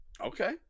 Okay